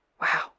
Wow